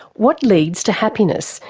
what leads to happiness,